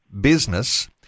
Business